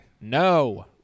No